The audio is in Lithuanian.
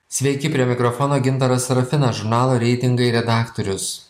sveiki prie mikrofono gintaras sarafinas žurnalo reitingai redaktorius